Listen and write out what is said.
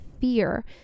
fear